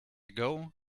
ago